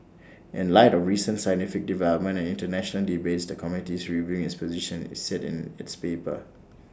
in light of recent scientific developments and International debates the committee is reviewing its position IT said in its paper